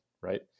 Right